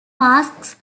masks